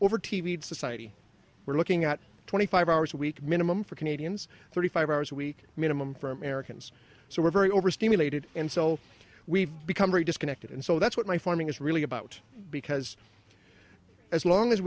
and society we're looking at twenty five hours a week minimum for canadians thirty five hours a week minimum for americans so we're very over stimulated and so we've become very disconnected and so that's what my farming is really about because as long as